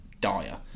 dire